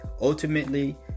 ultimately